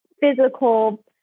physical